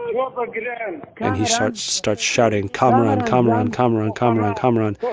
yeah like and and he starts starts shouting kamaran, kamaran, kamaran, kamaran, kamaran.